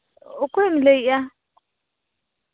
ᱚᱠᱚᱭᱮᱢ ᱞᱟᱹᱭᱮᱜᱼᱟ